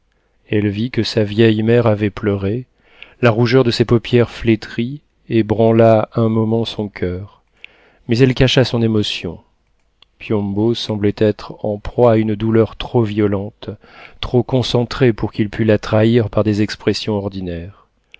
elle vit que sa vieille mère avait pleuré la rougeur de ces paupières flétries ébranla un moment son coeur mais elle cacha son émotion piombo semblait être en proie à une douleur trop violente trop concentrée pour qu'il pût la trahir par des expressions ordinaires